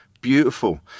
Beautiful